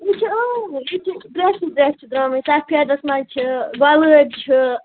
یہِ چھِ عامٕے یہِ چھُ ڈرٛسٕے ڈرٛس چھِ درٛامٕتۍ سفیدَس منٛز چھِ گۄلٲبۍ چھِ